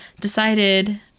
decided